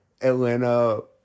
Atlanta